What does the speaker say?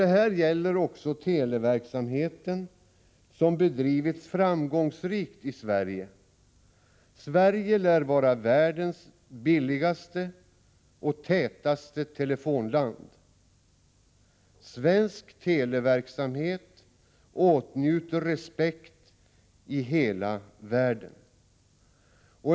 Detta gäller också televerksamheten, som bedrivits framgångsrikt i Sverige. Sverige lär vara världens billigaste och tätaste telefonland. Den svenska televerksamheten åtnjuter respekt i hela världen.